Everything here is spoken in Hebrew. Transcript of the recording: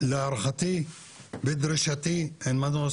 להערכתי ודרשתי אין מנוס,